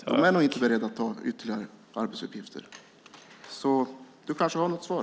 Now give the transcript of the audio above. De är nog inte beredda att ta på sig ytterligare arbetsuppgifter. Du kanske har något svar.